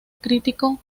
crítico